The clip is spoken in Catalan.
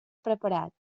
preparat